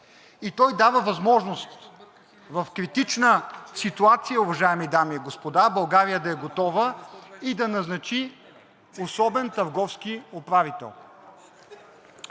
И той дава възможност в критична ситуация, уважаеми дами и господа, България да е готова и да назначи особен търговски управител.